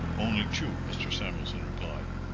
only two, mr. samuelson replied.